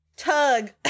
Tug